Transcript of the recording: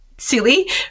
silly